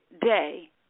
day